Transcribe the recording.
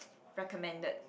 recommended